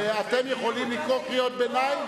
ואתם יכולים לקרוא קריאות ביניים,